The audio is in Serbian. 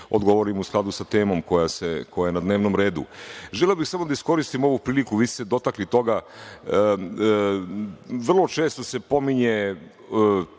odgovorim u skladu sa temom koja je na dnevnom redu. Želeo bih samo da iskoristim ovu priliku, a vi ste dotakli toga, vrlo često se pominje